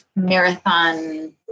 marathon